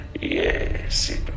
Yes